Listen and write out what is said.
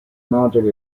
mounted